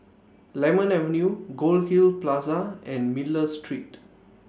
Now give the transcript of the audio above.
Lemon Avenue Goldhill Plaza and Miller Street